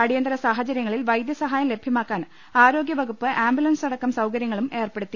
അടിയന്തര സാഹചര്യങ്ങളിൽ വൈദ്യസഹായം ലഭ്യമാക്കാൻ ആരോഗ്യവകുപ്പ് ആംബുലൻസ് അടക്കം സൌകര്യങ്ങളും ഏർപ്പെടുത്തി